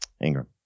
Ingram